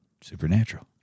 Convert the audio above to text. Supernatural